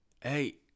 hey